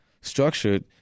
structured